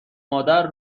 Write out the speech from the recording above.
مادر